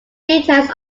details